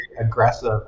aggressive